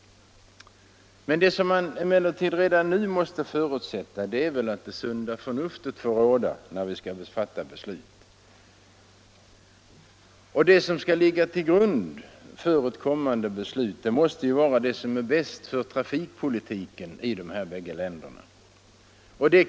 Men man måste redan nu förutsätta att det sunda förnuftet får råda när beslutet skall fattas. Till grund för det kommande beslutet måste ligga vad som är bäst för trafikpolitiken i dessa båda länder.